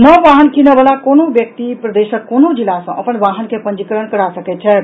नव वाहन कीनऽ बला कोनहुॅ व्यक्ति प्रदेशक कोनो जिला सॅ अपन वाहन के पंजीकरण करा सकैत छथि